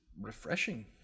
refreshing